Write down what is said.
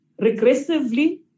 regressively